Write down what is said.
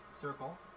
circle